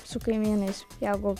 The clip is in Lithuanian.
su kaimynais jeigu